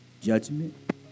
judgment